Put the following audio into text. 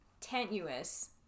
tenuous